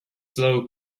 slow